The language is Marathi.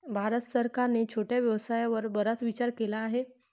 भारत सरकारने छोट्या व्यवसायावर बराच विचार केला आहे